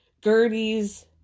Gertie's